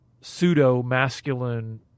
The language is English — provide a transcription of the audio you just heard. pseudo-masculine